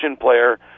player